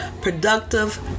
productive